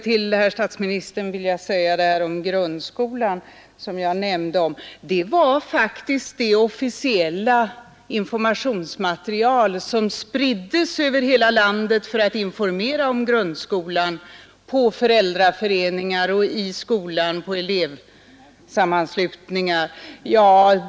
Till herr statsministern vill jag säga att det här om grundskolan som jag nämnde om faktiskt var det officiella informationsmaterial som spriddes över hela landet för att informera om grundskolan hos föräldraföreningar och i skolan på elevsammanslutningar.